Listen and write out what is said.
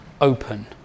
open